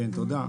תודה.